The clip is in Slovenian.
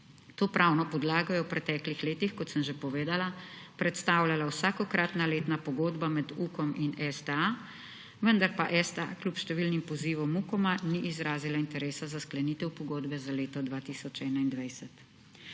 To pravno podlago je v preteklih letih, kot sem že povedala, predstavljalo vsakokratna letna pogodba med Ukom in STA, vendar pa STA kljub številnim pozivom Ukoma ni izrazila interesa za sklenitev pogodbe za leto 2021.